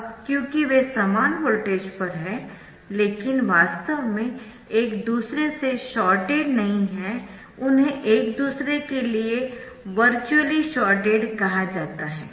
अब क्योंकि वे समान वोल्टेज पर है लेकिन वास्तव में एक दूसरे से शॉर्टेड नहीं है उन्हें एक दूसरे के लिए वर्चुअली शॉर्टेड कहा जाता है